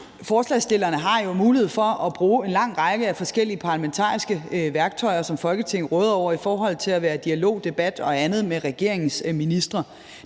Forslagsstillerne har jo mulighed for at bruge en lang række af forskellige parlamentariske værktøjer, som Folketinget råder over i forhold til at være i dialog med og have debat med regeringens ministre.